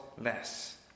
less